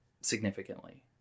significantly